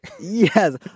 Yes